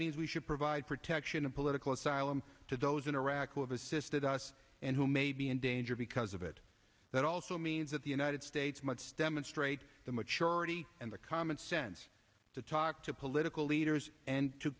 means we should provide protection and political asylum to those in iraq will have assisted us and who may be in danger because of it that also means that the united states much demonstrate the maturity and the common sense to talk to political leaders and t